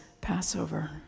Passover